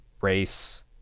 race